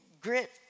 grit